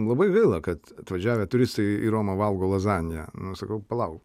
labai gaila kad atvažiavę turistai į romą valgo lazaniją nu sakau palauk